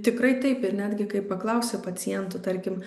tikrai taip ir netgi kai paklausi pacientų tarkim